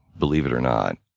believe it or not,